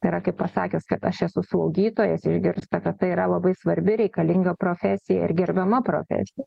tai yra kai pasakęs kad aš esu slaugytojas išgirsta kad tai yra labai svarbi reikalinga profesija ir gerbiama profesija